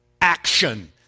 action